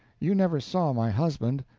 you never saw my husband,